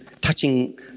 touching